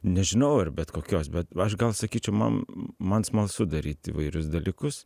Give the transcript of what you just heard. nežinau ar bet kokios bet aš gal sakyčiau man man smalsu daryti įvairius dalykus